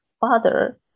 father